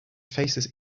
faces